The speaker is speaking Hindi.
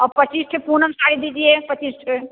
और पच्चीस ठो पूनम साड़ी दीजिए पच्चीस ठो